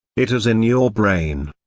it is in your brain.